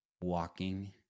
walking